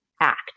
act